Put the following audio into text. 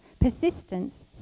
persistence